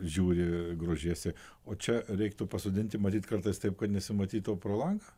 žiūri grožiesi o čia reiktų pasodinti matyt kartais taip kad nesimatytų pro langą